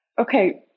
Okay